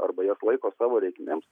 arba jas laiko savo reikmėms